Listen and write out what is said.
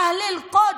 אהל אל-קודס,